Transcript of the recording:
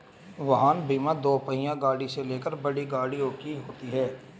वाहन बीमा दोपहिया गाड़ी से लेकर बड़ी गाड़ियों की होती है